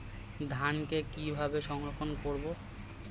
ধানকে কিভাবে সংরক্ষণ করব?